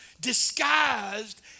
disguised